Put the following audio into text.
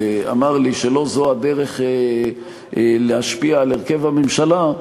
ואמר לי שלא זאת הדרך להשפיע על הרכב הממשלה,